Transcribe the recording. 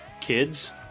kids